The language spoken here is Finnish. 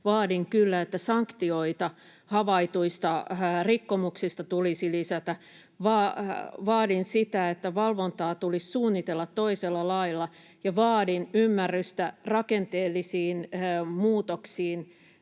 vaadin kyllä, että sanktioita havaituista rikkomuksista tulisi lisätä. Vaadin sitä, että valvontaa tulisi suunnitella toisella lailla, ja vaadin ymmärrystä rakenteellisiin muutoksiin